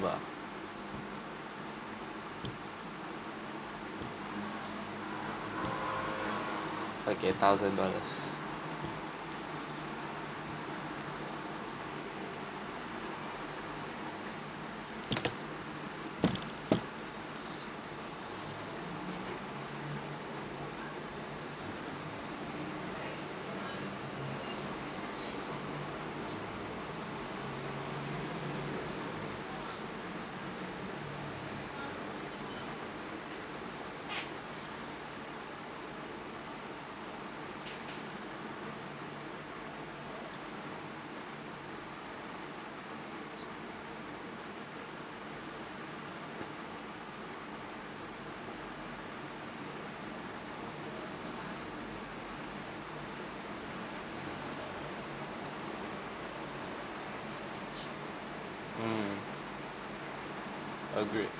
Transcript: okay thousand dollars mm agreed